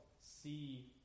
see